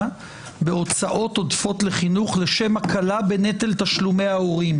בהוצאות עודפות לחינוך לשם הקלה בנטל תשלומי ההורים.